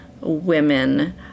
women